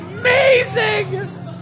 Amazing